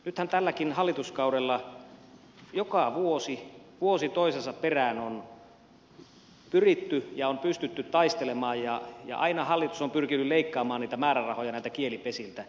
nythän tälläkin hallituskaudella joka vuosi vuosi toisensa perään on pyritty ja on pystytty taistelemaan mutta aina hallitus on pyrkinyt leikkaamaan niitä määrärahoja näiltä kielipesiltä